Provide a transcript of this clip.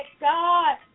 God